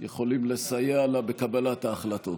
יכולים לסייע לה בקבלת ההחלטות.